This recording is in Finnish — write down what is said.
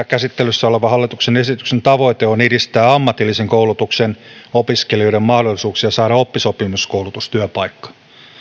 käsittelyssä olevan hallituksen esityksen tavoite on edistää ammatillisen koulutuksen opiskelijoiden mahdollisuuksia saada oppisopimuskoulutustyöpaikka